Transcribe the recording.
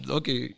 okay